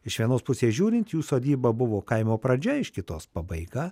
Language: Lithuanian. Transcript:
iš vienos pusės žiūrint jų sodyba buvo kaimo pradžia iš kitos pabaiga